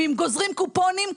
ואם גוזרים קופונים,